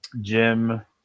jim